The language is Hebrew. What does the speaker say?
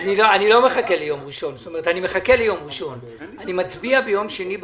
אני מחכה ליום ראשון אבל מצביע ביום שני במליאה,